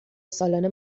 سالانه